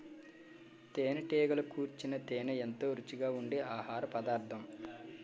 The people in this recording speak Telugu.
తేనెటీగలు కూర్చిన తేనే ఎంతో రుచిగా ఉండె ఆహారపదార్థం